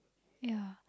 ya